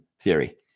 theory